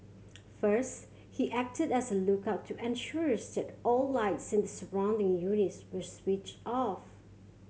first he acted as a lookout to ensure that all lights in the surrounding units were switched off